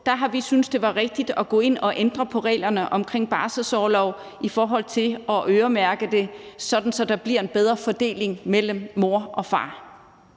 har vi syntes, at det var rigtigt at gå ind at ændre på reglerne omkring barselsorlov i forhold til at øremærke det, sådan at der bliver en bedre fordeling mellem mor og far.